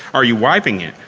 are you wiping it?